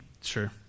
sure